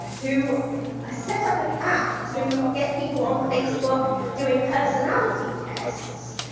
who ah set up an app to get people on facebook doing personality tests,